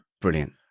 brilliant